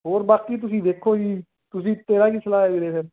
ਹੋਰ ਬਾਕੀ ਤੁਸੀਂ ਵੇਖੋ ਜੀ ਤੁਸੀਂ ਤੇਰਾ ਕੀ ਸਲਾਹ ਹੈ ਵੀਰੇ ਫਿਰ